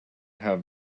have